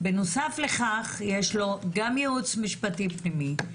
בנוסף לכך יש לו גם ייעוץ משפטי פנימי,